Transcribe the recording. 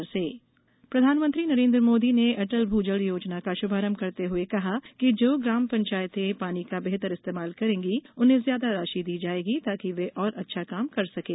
प्रधानमंत्री भूजल प्रधानमंत्री नरेन्द्र मोदी ने अटल भूजल योजना का शुभारंभ करते हुए कहा कि जो ग्राम पंचायतें पानी का बेहतर इस्तेमाल करेगी उन्हें ज्यादा राशि दी जायेगी ताकि र्वे और अच्छा काम कर सकें